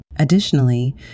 Additionally